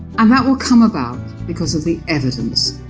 and that will come about because of the evidence,